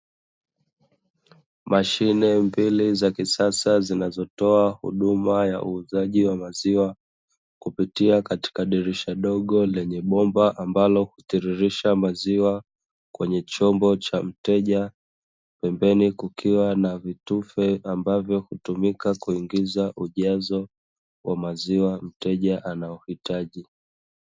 Mashine mbili za kisasa zinazotoa huduma ya uuzaji wa maziwa kupitia katika dirisha dogo lenye bomba ambalo hutiririsha maziwa kwenye chombo cha mteja, pembeni kukiwa na vitufe ambavyo hutumika kuingiza ujazo wa maziwa mteja anayohitaji.